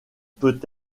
peut